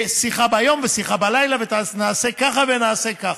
בשיחה ביום ושיחה בלילה, ונעשה ככה, ונעשה ככה,